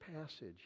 passage